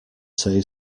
say